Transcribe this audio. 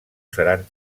seran